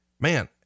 Man